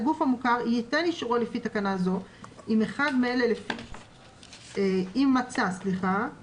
הגוף המוכר ייתן אישורו לפי תקנה זו אם מצא כי